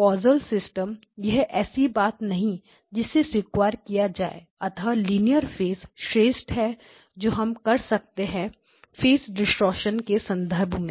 causal सिस्टमयह ऐसी बात नहीं जिसे स्वीकार किया जाए अतः लीनियर फेस श्रेष्ठ है जो हम कर सकते हैं फेस डिस्कशन के संदर्भ में